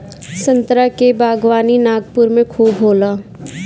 संतरा के बागवानी नागपुर में खूब होला